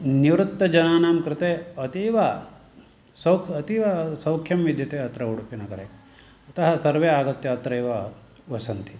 निवृत्तजनानां कृते अतीव सौ अतीवसौख्यं विद्यते अत्र उडुपिनगरे अतः सर्वे आगत्य अत्रैव वसन्ति